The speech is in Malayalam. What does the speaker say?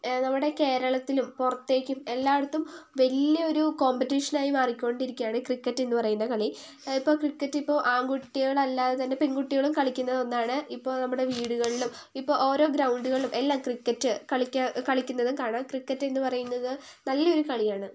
നമ്മുടെ കേരളത്തിലും പുറത്തേയ്ക്കും എല്ലായിടത്തും വലിയൊരു കോമ്പറ്റീഷൻ ആയി മാറിക്കൊണ്ടിരിക്കുകയാണ് ക്രിക്കറ്റ് എന്നു പറയുന്ന കളി ഇപ്പോൾ ക്രിക്കറ്റ് ഇപ്പോൾ ആൺകുട്ടികളല്ലാതെ തന്നെ പെൺകുട്ടികളും കളിക്കുന്ന ഒന്നാണ് ഇപ്പോൾ നമ്മുടെ വീടുകളിലും ഇപ്പോൾ ഓരോ ഗ്രൗണ്ടുകളിലും എല്ലാം ക്രിക്കറ്റ് കളിക്കുന്നതും കാണാം ക്രിക്കറ്റ് എന്നു പറയുന്നത് നല്ലൊരു കളിയാണ്